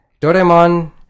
Doraemon